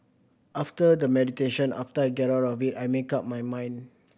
after the meditation after I get out of it I make up my mind